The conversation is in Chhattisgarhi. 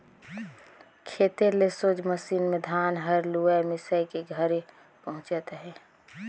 खेते ले सोझ मसीन मे धान हर लुवाए मिसाए के घरे पहुचत अहे